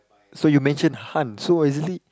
so you mention hunt so what is it like